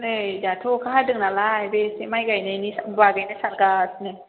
नै दाथ' अखा हादों नालाय बे एसे माय गायनायनि बागैनो सानगासिनो